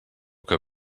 que